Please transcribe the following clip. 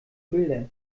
bilder